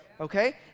Okay